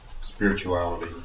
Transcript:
spirituality